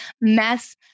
Mess